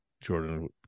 jordan